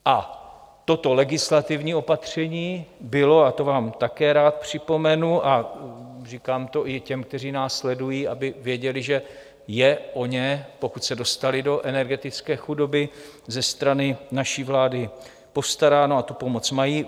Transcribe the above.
A toto legislativní opatření bylo a to vám také rád připomenu a říkám to i těm, kteří nás sledují, aby věděli, že je o ně, pokud se dostali do energetické chudoby, ze strany naší vlády postaráno a tu pomoc mají.